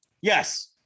Yes